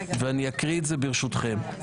ואני אקריא את זה ברשותכם.